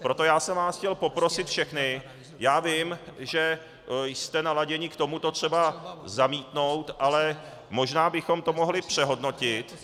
Proto jsem vás chtěl poprosit všechny, já vím, že jste naladěni k tomu to třeba zamítnout, ale možná bychom to mohli přehodnotit.